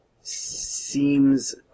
seems